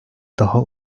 daha